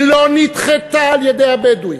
היא לא נדחתה על-ידי הבדואים.